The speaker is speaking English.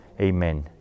Amen